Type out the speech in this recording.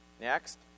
Next